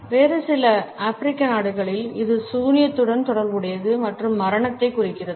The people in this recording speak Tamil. வேறு சில ஆப்பிரிக்க நாடுகளில் இது சூனியத்துடன் தொடர்புடையது மற்றும் மரணத்தை குறிக்கிறது